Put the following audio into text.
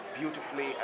beautifully